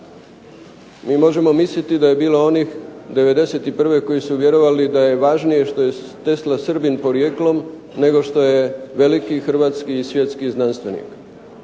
Mi možemo misliti da je bilo onih '91. koji su vjerovali da je važnije što je Tesla Srbin porijeklom nego što je veliki Hrvatski i svjetski znanstvenik.